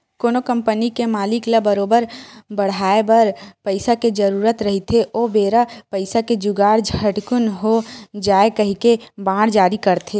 कोनो कंपनी के मालिक ल करोबार बड़हाय बर पइसा के जरुरत रहिथे ओ बेरा पइसा के जुगाड़ झटकून हो जावय कहिके बांड जारी करथे